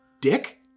dick